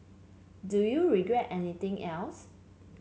do you regret anything else